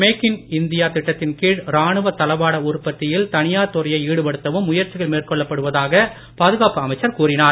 make in India திட்டத்தின் கீழ் ராணுவ தளவாட உற்பத்தியில் தனியார் துறையை ஈடுபடுத்தவும் முயற்சிகள் மேற்கொள்ளப்பட்டுள்ளதாக பாதுகாப்பு அமைச்சர் கூறினார்